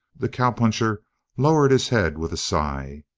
the cowpuncher lowered his head with a sigh.